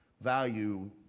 value